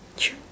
true